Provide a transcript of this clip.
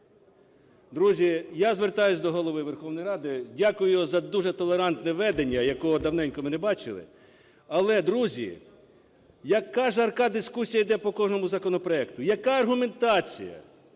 Друзі, я звертаюся до Голови Верховної Ради. Дякую за дуже толерантне ведення, якого давненько ми не бачили. Але, друзі, яка жарка дискусія йде по кожному законопроекту, яка аргументація,